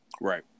Right